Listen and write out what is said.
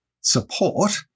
support